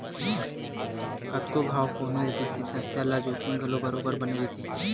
कतको घांव कोनो बित्तीय संस्था ल जोखिम घलो बरोबर बने रहिथे